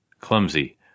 Clumsy